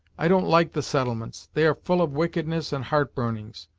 i don't like the settlements they are full of wickedness and heart burnings,